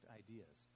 ideas